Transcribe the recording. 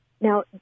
Now